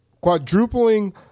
Quadrupling